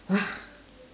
!wah!